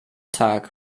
tag